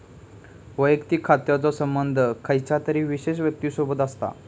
वैयक्तिक खात्याचो संबंध खयच्या तरी विशेष व्यक्तिसोबत असता